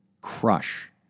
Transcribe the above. crush